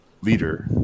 leader